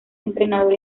entrenador